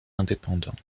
indépendants